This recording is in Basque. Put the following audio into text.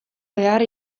behar